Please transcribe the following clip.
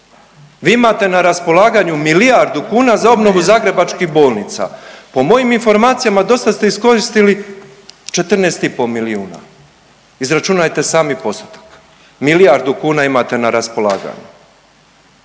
Vi imate na raspolaganju milijardu kuna za obnovu zagrebačkih bolnica. Po mojim informacijama do sad ste iskoristili 14 i pol milijuna. Izračunajte sami postotak. Milijardu kuna imate na raspolaganju.